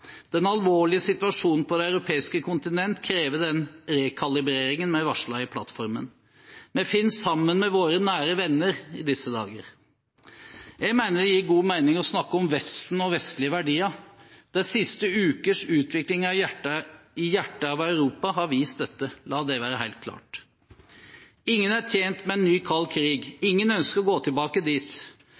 Den alvorlige situasjonen på det europeiske kontinent krever den rekalibreringen vi varslet i plattformen. Vi finner sammen med våre nære venner i disse dager. Jeg mener det gir god mening å snakke om Vesten og vestlige verdier. De siste ukers utvikling i hjertet av Europa har vist dette, la det være helt klart. Ingen er tjent med en ny kald krig, ingen ønsker å gå tilbake dit.